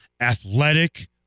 athletic